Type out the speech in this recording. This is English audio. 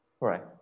right